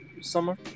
summer